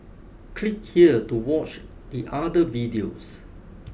click here to watch the other videos